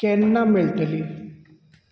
केन्ना मेळटली